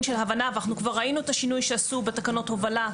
של הבנה ואנחנו כבר ראינו את השינוי שעשו בתקנות הובלה,